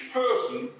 person